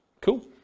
Cool